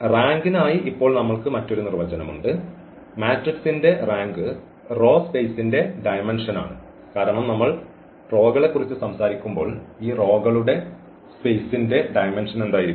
റാങ്കിനായി ഇപ്പോൾ നമ്മൾക്ക് മറ്റൊരു നിർവചനം ഉണ്ട് മാട്രിക്സിന്റെ റാങ്ക് റോ സ്പെയ്സ്ന്റെ ഡയമെന്ഷനാണ് കാരണം നമ്മൾ റോകളെക്കുറിച്ച് സംസാരിക്കുമ്പോൾ ഈ റോകളുടെ സ്പെയ്സ്ന്റെ ഡയമെൻഷൻ എന്തായിരിക്കും